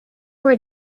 were